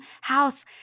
house